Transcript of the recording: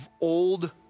old